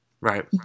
Right